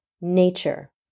nature